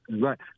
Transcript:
Right